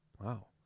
Wow